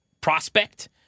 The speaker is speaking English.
prospect